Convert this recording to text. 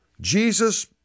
Jesus